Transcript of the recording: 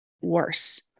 worse